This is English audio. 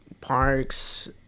parks